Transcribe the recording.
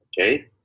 okay